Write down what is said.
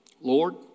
Lord